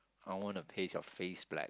I wanna paste your face black